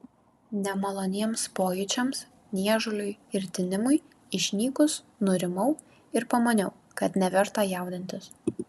nemaloniems pojūčiams niežuliui ir tinimui išnykus nurimau ir pamaniau kad neverta jaudintis